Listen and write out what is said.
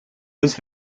was